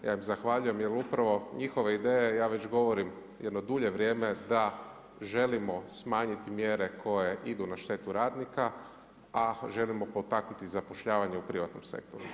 Ja im zahvaljujem, jer upravo njihove ideje ja već govorim jedno dulje vrijeme da želimo smanjiti mjere koje idu na štetu radnika a ako želimo potaknuti zapošljavanje u privatnom sektoru.